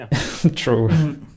True